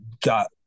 got